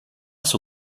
sur